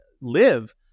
live